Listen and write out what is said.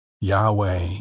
Yahweh